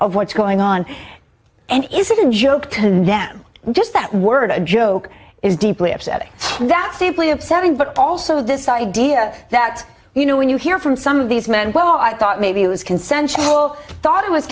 of what's going on and it's joe condemn just that word a joke is deeply upsetting that simply upsetting but also this idea that you know when you hear from some of these men well i thought maybe it was consensual i thought